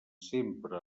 sempre